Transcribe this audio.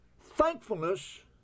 thankfulness